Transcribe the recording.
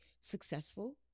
successful